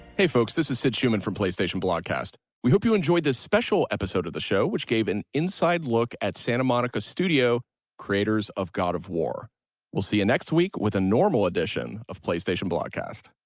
hey folks, this is such human from playstation blog cast we hope you enjoyed this special episode of the show, which gave an inside look at santa monica studio creators of god of war we'll see you next week with a normal edition of playstation blog cast